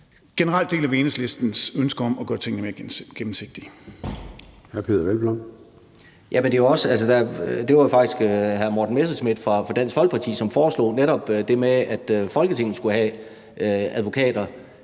generelt deler vi Enhedslistens ønske om at gøre tingene mere gennemsigtige.